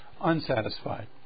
unsatisfied